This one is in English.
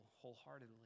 wholeheartedly